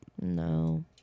No